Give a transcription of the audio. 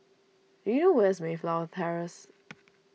do you know where is Mayflower Terrace